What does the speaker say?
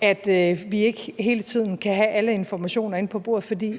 at vi ikke hele tiden kan have alle informationer inde på bordet, fordi